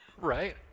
right